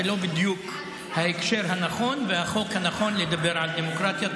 זה לא בדיוק ההקשר הנכון והחוק הנכון לדבר על דמוקרטיה.